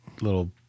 little